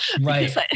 Right